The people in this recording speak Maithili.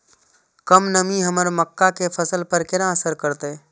कम नमी हमर मक्का के फसल पर केना असर करतय?